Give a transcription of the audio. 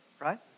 right